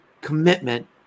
commitment